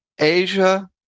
Asia